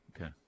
Okay